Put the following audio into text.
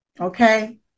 okay